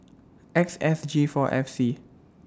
X S G four F C